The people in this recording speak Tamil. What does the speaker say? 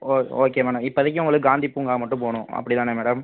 ஓ ஓகே மேடம் இப்போதிக்கி உங்களுக்கு காந்தி பூங்கா மட்டும் போகணும் அப்படிதான மேடம்